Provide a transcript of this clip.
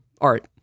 art